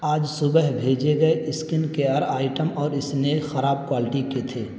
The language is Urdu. آج صبح بھیجے گئے اسکن کیئر آئٹم اور اسنیک خراب کوالٹی کے تھے